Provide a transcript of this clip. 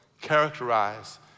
characterize